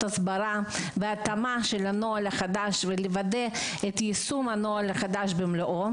הסברה והתאמה של הנוהל החדש ולוודא את יישום הנוהל החדש במלואו.